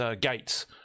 Gates